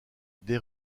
des